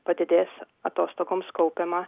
padidės atostogoms kaupiama